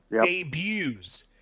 debuts